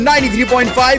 93.5